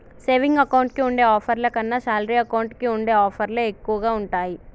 saving account కి ఉండే ఆఫర్ల కన్నా శాలరీ అకౌంట్ కి ఉండే ఆఫర్లే ఎక్కువగా ఉంటాయి